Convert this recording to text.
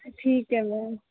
ਠੀਕ ਹੈ ਮੈਮ